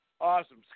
Awesome